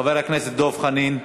חבר הכנסת דב חנין.